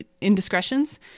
indiscretions